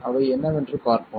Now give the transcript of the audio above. அவை என்னவென்று பார்ப்போம்